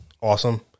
awesome